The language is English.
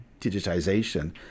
digitization